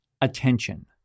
attention